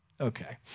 Okay